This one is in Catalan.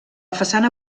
façana